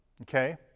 okay